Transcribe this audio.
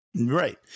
right